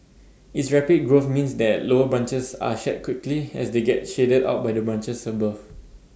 its rapid growth means that lower branches are shed quickly as they get shaded out by the branches above